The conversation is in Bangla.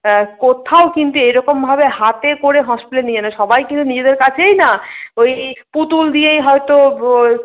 কোথাও কিন্তু এরকমভাবে হাতে করে হসপিটালে নিয়ে যায় না সবাই কিন্তু নিজেদের কাছেই না ওই পুতুল দিয়েই হয়তো